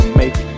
make